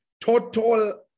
Total